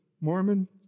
Mormon